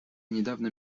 недавно